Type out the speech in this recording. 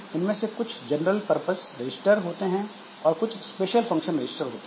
इनमें से कुछ जनरल परपज रजिस्टर होते हैं और कुछ स्पेशल फंक्शन रजिस्टर होते हैं